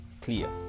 clear